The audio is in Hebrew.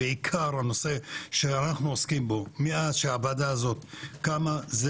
ועיקר הנושא שאנחנו עוסקים בו מאז שהוועדה הזו קמה זה